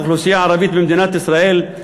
כאוכלוסייה הערבית במדינת ישראל,